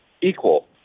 equal